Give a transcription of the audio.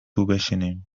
بشینیم